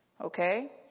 Okay